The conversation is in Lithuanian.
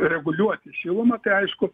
reguliuoti šilumą tai aišku